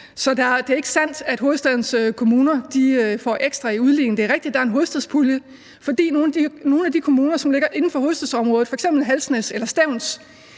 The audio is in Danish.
Så det er ikke sandt, at hovedstadens kommuner får ekstra i udligning. Det er rigtigt, at der er en hovedstadspulje, fordi nogle af de kommuner, som ligger inden for hovedstadsområdet, f.eks. Halsnæs eller Stevns,